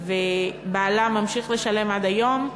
ובעלה ממשיך לשלם עד היום,